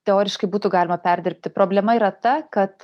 teoriškai būtų galima perdirbti problema yra ta kad